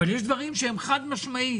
אבל יש דברים שהם חד משמעית,